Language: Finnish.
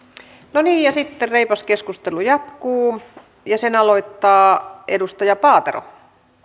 no niin ja sitten reipas keskustelu jatkuu ja sen aloittaa edustaja paatero